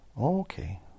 Okay